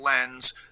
lens